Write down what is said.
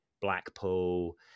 Blackpool